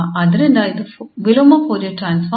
ಆದ್ದರಿಂದ ಇದು ವಿಲೋಮ ಫೋರಿಯರ್ ಟ್ರಾನ್ಸ್ಫಾರ್ಮ್